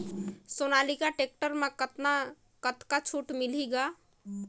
Sonalika tractor म कतका छूट मिलही ग?